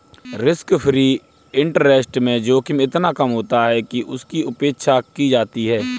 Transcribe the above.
risk free interest rate में जोखिम इतना कम होता है कि उसकी उपेक्षा की जाती है